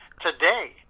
today